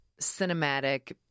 cinematic